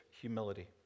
humility